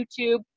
YouTube